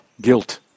guilt